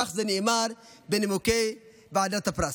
כך זה נאמר בנימוקי ועדת הפרס.